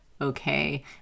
Okay